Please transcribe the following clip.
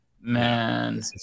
man